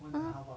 so